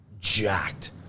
jacked